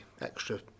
extra